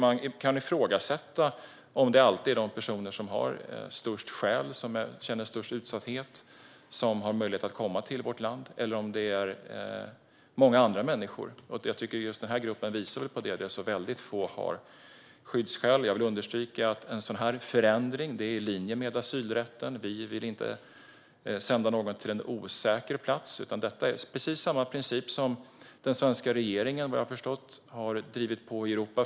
Det kan ifrågasättas om det alltid är de personer som har störst skäl, som känner störst utsatthet, som har möjlighet att komma till Sverige eller om det är många andra människor. Den här gruppen visar på att det är få som har skyddsskäl. Jag vill understryka att en sådan förändring är i linje med asylrätten. Vi vill inte sända någon till en osäker plats. Detta är precis samma princip som den svenska regeringen har drivit på i Europa.